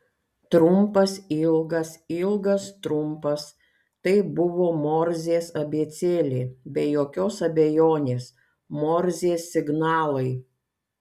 trumpas ilgas ilgas trumpas tai buvo morzės abėcėlė be jokios abejonės morzės signalai